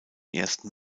ersten